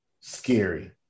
scary